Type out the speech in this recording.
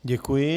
Děkuji.